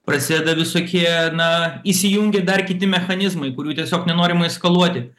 prasideda visokie na įsijungia dar kiti mechanizmai kurių tiesiog nenorima eskaluoti